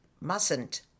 mustn't